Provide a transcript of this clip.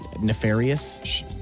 nefarious